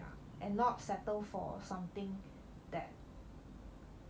ya and not settle for something that